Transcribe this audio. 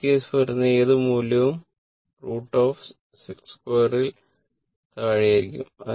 ഈ കേസിൽ വരുന്ന ഏത് മൂല്യവും √of 62 ൽ താഴെയായിരിക്കും